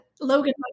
Logan